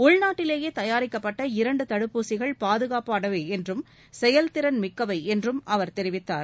உள்நாட்டிலேயே தயாரிக்கப்பட்ட இரண்டு தடுப்பூசிகள் பாதுகாப்பானவை என்றும் செயல்திறன் மிக்கவை என்றும் அவர் தெரிவித்தார்